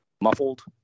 muffled